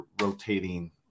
rotating